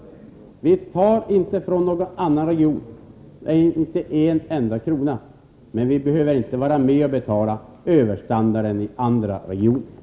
Vi tar inte en enda krona från någon annan region, men vi behöver inte vara med och betala överstandarden i andra regioner.